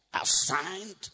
assigned